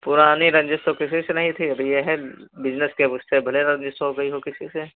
पुरानी रंजिश तो किसी से नहीं थी अब ये है बिजनेस के अब उससे भले रजिश हो गयी हो किसी से